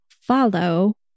follow